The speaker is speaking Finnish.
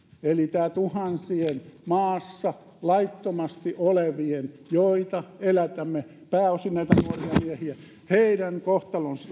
eli tämä niiden tuhansien maassa laittomasti olevien joita elätämme pääosin nuorien miehien kohtalo